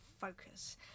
focus